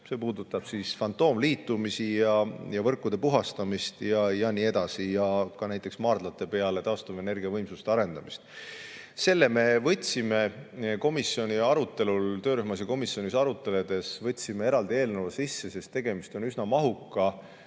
See puudutab fantoomliitumisi ja võrkude puhastamist ja nii edasi, ka näiteks maardlate peale taastuvenergiavõimsuste arendamist. Selle me võtsime töörühmas ja komisjonis arutledes eraldi eelnõu sisse, sest tegemist on üsna mahuka